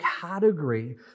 category